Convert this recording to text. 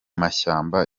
mashyamba